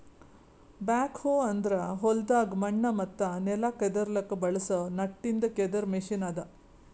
back ಹೋ ಅಂದುರ್ ಹೊಲ್ದಾಗ್ ಮಣ್ಣ ಮತ್ತ ನೆಲ ಕೆದುರ್ಲುಕ್ ಬಳಸ ನಟ್ಟಿಂದ್ ಕೆದರ್ ಮೆಷಿನ್ ಅದಾ